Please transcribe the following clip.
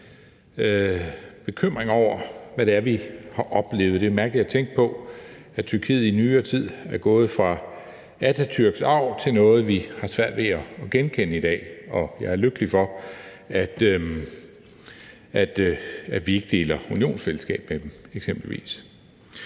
bekymring over, hvad det er, vi har oplevet. Det er mærkeligt at tænke på, at Tyrkiet i nyere tid er gået fra Atatürks arv til noget, vi har svært ved at genkende i dag, og jeg er lykkelig for, at vi ikke deler unionsfællesskab med dem eksempelvis.